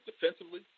Defensively